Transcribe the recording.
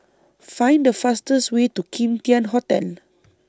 Find The fastest Way to Kim Tian Hotel